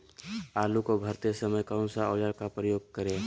आलू को भरते समय कौन सा औजार का प्रयोग करें?